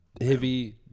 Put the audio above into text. heavy